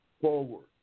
forward